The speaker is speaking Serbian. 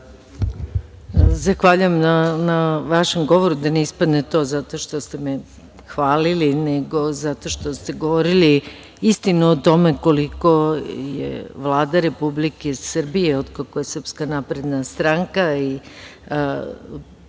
Zahvaljujem na vašem govoru, da ne ispadne to zato što ste me hvalili nego zato što ste govorili istinu o tome koliko je Vlada Republike Srbije od kada je SNS došla na vlast